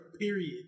period